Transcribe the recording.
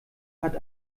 hat